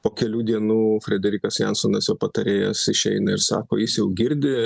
po kelių dienų frederikas jansonas jo patarėjas išeina ir sako jis jau girdi